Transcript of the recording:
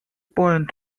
point